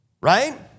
Right